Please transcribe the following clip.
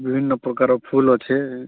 ବିଭିନ୍ନ ପ୍ରକାର ଫୁଲ୍ ଅଛେ